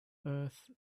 earth